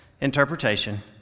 interpretation